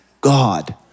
God